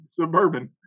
suburban